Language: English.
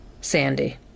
Sandy